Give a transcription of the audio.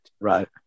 right